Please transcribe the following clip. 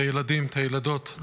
את הילדים והילדות,